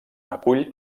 acull